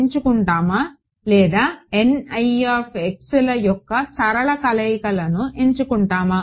ఎంచుకుంటామా లేదా 'ల యొక్క సరళ కలయికలను ఎంచుకుంటామా